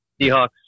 Seahawks